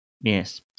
Yes